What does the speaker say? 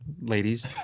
Ladies